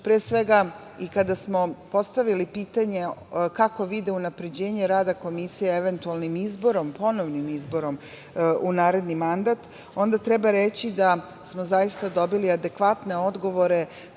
pre svega i kada smo postavili pitanje kako vide unapređenje rada Komisije, eventualnim izborom, ponovnim izborom u naredni mandat, onda treba reći da smo zaista dobili adekvatne odgovore,